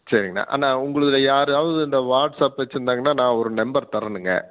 சரிங்கண்ணா அண்ணா உங்களதில் யாராவது இந்த வாட்ஸ்ஆப் வச்சுருந்தாங்கனா நான் ஒரு நம்பர் தரணுங்க